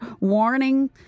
warning